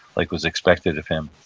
like was expected of him.